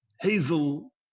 hazel